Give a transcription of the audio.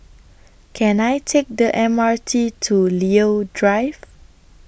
Can I Take The M R T to Leo Drive